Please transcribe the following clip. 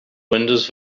windows